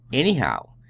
anyhow,